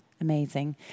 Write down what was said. amazing